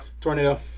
Tornado